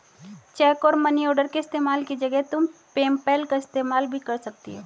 check और money order के इस्तेमाल की जगह तुम पेपैल का इस्तेमाल भी कर सकती हो